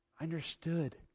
Understood